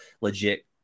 legit